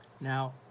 Now